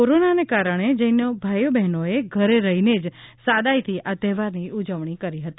કોરોનાને કારણે જૈન ભાઇઓ બહેનોએ ઘરે રહીને જ સાદાઇથી આ તહેવારની ઉજવણી કરી હતી